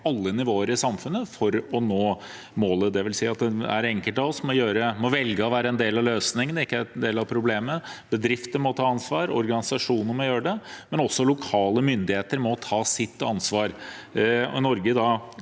alle nivåer i samfunnet for å nå målet. Det vil si at hver enkelt av oss må velge å være en del av løsningen, ikke en del av problemet. Bedrifter må ta ansvar, organisasjoner må gjøre det, men også lokale myndigheter må ta sitt ansvar – i Norge